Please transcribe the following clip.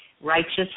righteous